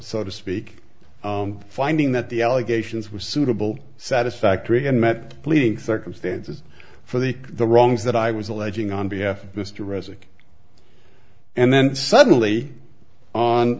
so to speak finding that the allegations were suitable satisfactory and met pleading circumstances for the the wrongs that i was alleging on behalf of mr resig and then suddenly on